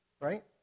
right